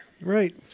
Right